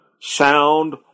sound